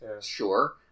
sure